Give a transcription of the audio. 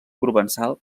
provençal